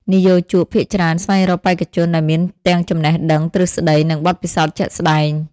និយោជកភាគច្រើនស្វែងរកបេក្ខជនដែលមានទាំងចំណេះដឹងទ្រឹស្ដី និងបទពិសោធន៍ជាក់ស្តែង។